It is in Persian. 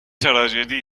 تراژدی